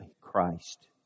Christ